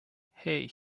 hey